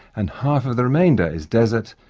and half of the remainder is desert,